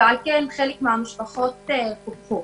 ועל כן חלק מהמשפחות קופחו.